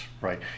right